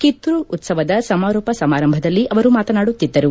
ಕಿತ್ತೂರು ಉತ್ಸವದ ಸಮಾರೋಪ ಸಮಾರಂಭದಲ್ಲಿ ಅವರು ಮಾತನಾಡುತ್ತಿದ್ದರು